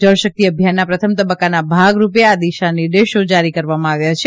જળશક્તિ અભિયાનના પ્રથમ તબક્કાના ભાગરૂપે આ દિશાનિર્દેશો જારી કરવામાં આવ્યા છે